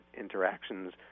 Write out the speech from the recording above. interactions